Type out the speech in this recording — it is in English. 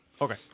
Okay